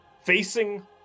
facing